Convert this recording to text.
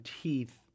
teeth